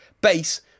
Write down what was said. base